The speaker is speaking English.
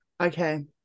Okay